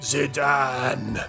Zidane